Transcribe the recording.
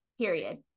period